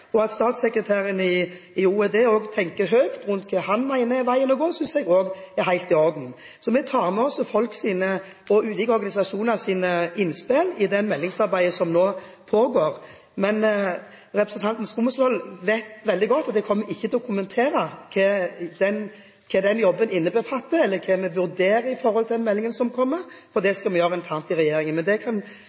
sier. At statssekretæren i OED også tenker høyt rundt det han mener er veien å gå, synes jeg også er helt i orden. Vi tar med oss folks og ulike organisasjoners innspill i det meldingsarbeidet som nå pågår. Men representanten Skumsvoll vet veldig godt at jeg ikke kommer til å kommentere hva den jobben innbefatter, eller hva vi vurderer når det gjelder den meldingen som kommer. Det skal vi gjøre internt i regjeringen. Men jeg skal forsikre om at det